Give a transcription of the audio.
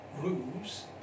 grooves